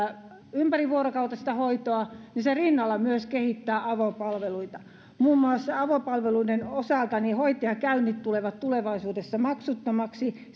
ympärivuorokautista hoitoa se kehittää rinnalla myös avopalveluita muun muassa avopalveluiden osalta hoitajakäynnit tulevat tulevaisuudessa maksuttomiksi